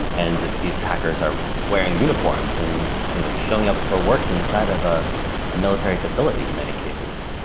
and and that these hackers are wearing uniforms and you know showing up for work inside of a ah military facility in many cases.